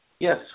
Yes